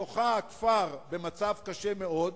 ובתוכה הכפר במצב קשה מאוד,